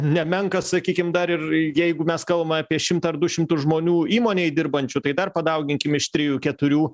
nemenkas sakykim dar ir jeigu mes kalbam apie šimtą ar du šimtus žmonių įmonėj dirbančių tai dar padauginkim iš trijų keturių